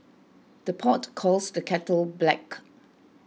the pot calls the kettle black